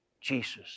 Jesus